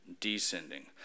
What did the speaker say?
descending